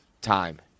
time